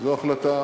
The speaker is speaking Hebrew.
זו החלטה